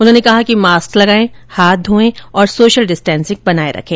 उन्होंने कहा कि मास्क लगाएं हाथ धोयें और सोशल डिस्टेंसिंग बनाए रखें